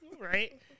Right